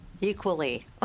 equally